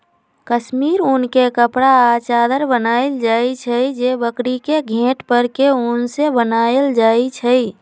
कस्मिर उन के कपड़ा आ चदरा बनायल जाइ छइ जे बकरी के घेट पर के उन से बनाएल जाइ छइ